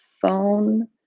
phone